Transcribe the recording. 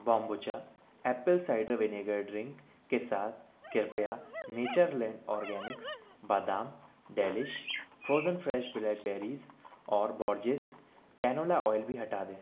बोम्बुचा apple cider vinegar drink के साथ कृपया नेचरलैंड ऑर्गॅनिक्स बादाम डेलिश फ्रोजेन फ्रेश ब्लैकबेरीज और बोर्जेस कैनोला आयल भी हटा दें